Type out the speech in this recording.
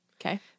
Okay